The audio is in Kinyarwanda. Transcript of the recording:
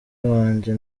wanjye